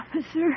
Officer